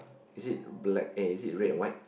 is it black aye is it red and white